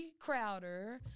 Crowder